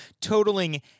totaling